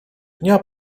dnia